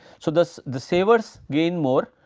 so, thus the savers gain more,